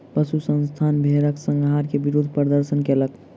पशु संस्थान भेड़क संहार के विरुद्ध प्रदर्शन कयलक